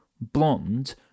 blonde